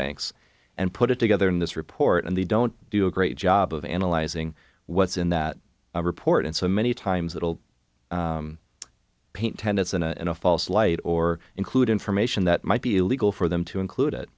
banks and put it together in this report and they don't do a great job of analyzing what's in that report and so many times that will paint tenants in a in a false light or include information that might be illegal for them to include it